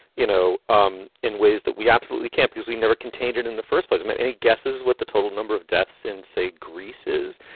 you know, um in ways that we absolutely can't because we never contained it in the first place. um any guesses what the total number of deaths in, say, greece is,